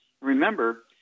Remember